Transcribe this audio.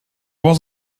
was